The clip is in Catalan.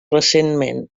recentment